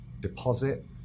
deposit